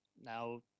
now